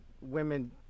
women